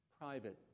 private